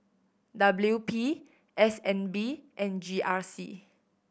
W P S N B and G R C